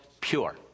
pure